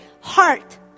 heart